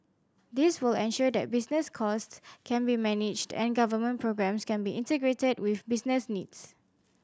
this will ensure that business cost can be managed and government programmes can be integrated with business needs